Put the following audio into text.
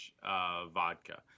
vodka